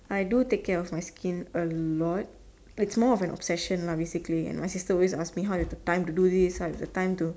I do take care my skin a lot it's more of an obsession lah basically and my sister always ask me how you got time to do this how you got time to